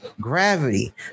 gravity